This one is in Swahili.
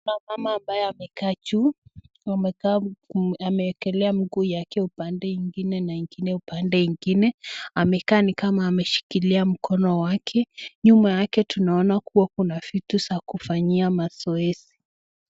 Kuna mama ambaye amekaa juu. Ameekelea mguu yake upande ingine na ingine upande ingine. Amekaa ni kama ameshikilia mkono yake. Nyuma yake tunaona kua kuna vitu za kufanyia mazoezi